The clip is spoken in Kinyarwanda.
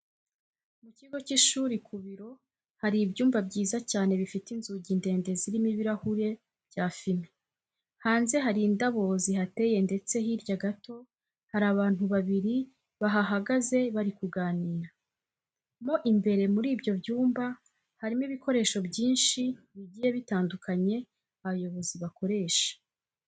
Mu kigo cy'ishuri ku biro hari ibyumba byiza cyane bifite inzugi ndende zirimo ibirahure bya fime. Hanze hari indabo zihateye ndetse hirya gato hari abantu babiri bahahagaze bari kuganira. Mo imbere muri ibyo byumba harimo ibikoresho byinshi bigiye bitandukanye abayobozi bakoresha.